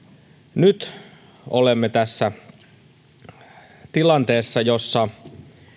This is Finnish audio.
nyt olemme tilanteessa jossa